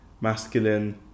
masculine